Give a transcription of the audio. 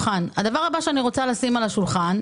הדבר הבא שאני רוצה לשים על השולחן,